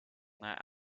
their